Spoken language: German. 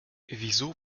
wieso